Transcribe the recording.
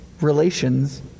relations—